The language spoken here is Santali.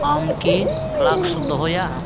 ᱟᱢ ᱠᱤ ᱯᱷᱟᱞᱠᱥ ᱫᱚᱦᱚᱭᱟ